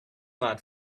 not